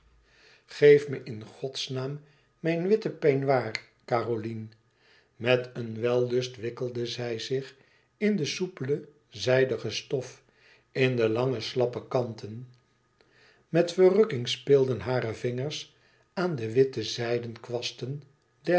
geef me in godsnaam mijn witten peignoir caroline met een wellust wikkelde zij zich in de soupele zijdige stof in de lange slappe kanten met verrukking speelden hare vingers aan de witte zijden kwasten